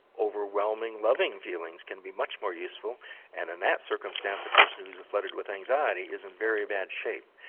overwhelming, loving feelings can be much more useful and in that circumstance a person who is flooded with anxiety is in very bad shape.